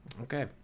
Okay